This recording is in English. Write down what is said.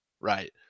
Right